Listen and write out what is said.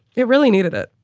it really needed it.